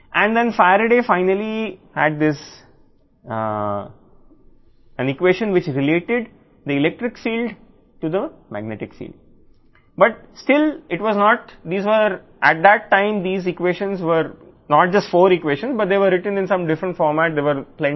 మరియు ఫారడే చివరకు ఈ సమీకరణాన్ని కలిగి ఉంది ఇది ఎలక్ట్రిక్ ఫీల్డ్ మ్యాగ్నిటిక్ ఫీల్డ్ కి సంబంధించినది కానీ ఆ టైమ్లో ఇవి కాదు ఈ ఈక్వేషన్లు కేవలం 4 ఈక్వేషన్లు మాత్రమే కాదు కానీ అవి వేరే ఫార్మాట్లో వ్రాయబడ్డాయి